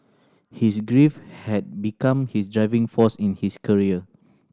his grief had become his driving force in his career